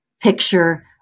picture